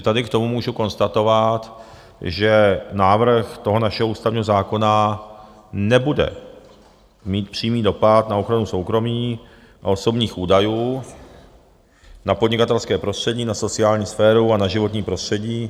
Tady k tomu můžu konstatovat, že návrh toho našeho ústavního zákona nebude mít přímý dopad na ochranu soukromí a osobních údajů, na podnikatelské prostředí, na sociální sféru a na životní prostředí.